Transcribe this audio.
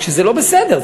שזה לא בסדר,